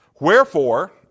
Wherefore